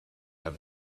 have